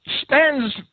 spends